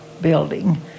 building